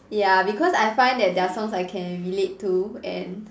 ya because I find that their songs I can relate to and